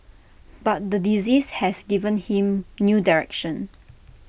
but the disease has given him new direction